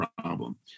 problem